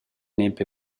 nempe